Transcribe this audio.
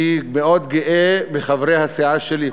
אני מאוד גאה בחברי הסיעה שלי.